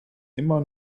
immer